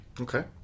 Okay